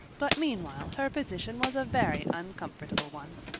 but meanwhile her position was a very uncomfortable one.